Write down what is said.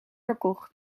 verkocht